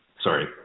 Sorry